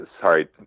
sorry